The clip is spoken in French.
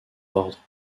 ordre